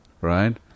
right